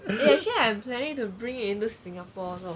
actually I'm planning to bring into singapore lor